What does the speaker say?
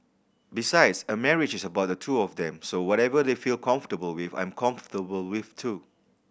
besides a marriage is about the two of them so whatever they feel comfortable with I'm comfortable with too